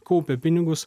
kaupė pinigus